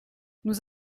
nous